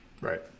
right